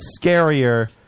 scarier